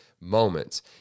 moments